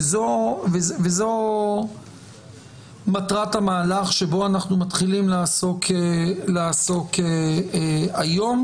וזו מטרת המהלך שבו אנחנו מתחילים לעסוק היום.